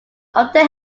often